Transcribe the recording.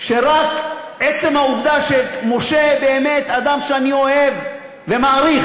שרק עצם העובדה שמשה באמת אדם שאני אוהב ומעריך,